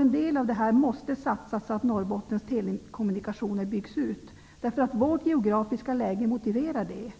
En del av detta belopp måste satsas så att Norrbottens telekommunikationer byggs ut. Vårt geografiska läge motiverar det.